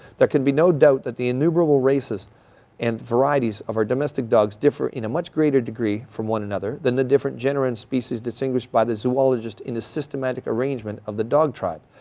there can be no doubt that the innuberable races and varieties of our domestic dogs differ in a much greater degree from one another than the different genera and species distinguished by the zoologist in a systematic arrangement of the dog tribe.